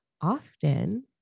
often